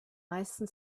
meisten